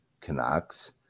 Canucks